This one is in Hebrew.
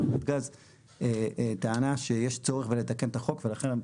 נתגז טענה שיש צורך לתקן את החוק ולכן,